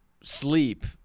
sleep